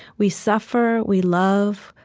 we suffer, we love,